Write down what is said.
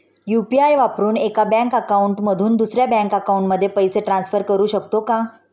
UPI वापरून एका bank account मधून दुसऱ्या बँक अकाउंटमध्ये पैसे ट्रान्सफर करू शकतो का?